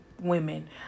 women